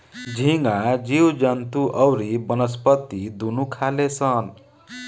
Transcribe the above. झींगा जीव जंतु अउरी वनस्पति दुनू खाले सन